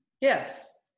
Yes